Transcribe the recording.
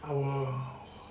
our home